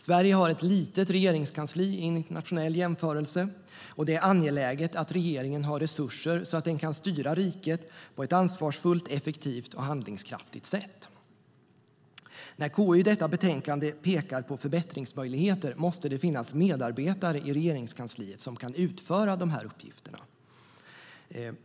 Sverige har ett litet regeringskansli i en internationell jämförelse, och det är angeläget att regeringen har resurser så att den kan styra riket på ett ansvarsfullt, effektivt och handlingskraftigt sätt. När KU i detta betänkande pekar på förbättringsmöjligheter måste det finnas medarbetare i Regeringskansliet som kan utföra dessa uppgifter.